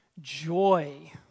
joy